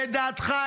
לדעתך,